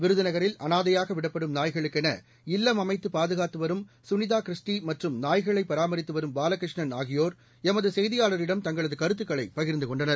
விருதுநகரில் அனாதையாக விடப்படும் நாய்களுக்கென இல்லம் அமைத்து பாதுகாத்து வரும் சுனிதா கிறிஸ்டி மற்றும் நாய்களை பராமரித்து வரும் பாலகிருஷ்ணன் ஆகியோர் எமது செய்தியாளரிடம் தங்களது கருத்துக்களை பகிர்ந்து கொண்டனர்